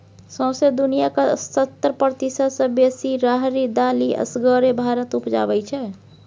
सौंसे दुनियाँक सत्तर प्रतिशत सँ बेसी राहरि दालि असगरे भारत उपजाबै छै